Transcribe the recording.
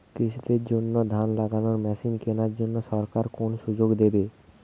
কৃষি দের জন্য ধান লাগানোর মেশিন কেনার জন্য সরকার কোন সুযোগ দেবে?